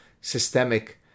systemic